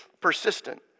Persistent